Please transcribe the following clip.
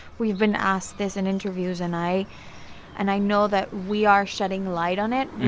we've been asked this in interviews, and i and i know that we are shedding light on it.